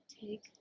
take